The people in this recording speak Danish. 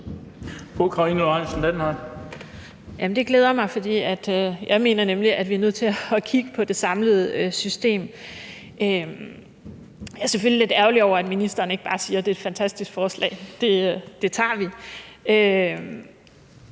Det glæder mig, for jeg mener nemlig, at vi er nødt til at kigge på det samlede system. Jeg er selvfølgelig lidt ærgerlig over, at ministeren ikke bare siger: Det er et fantastisk forslag – det tager vi.